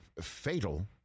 fatal